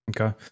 Okay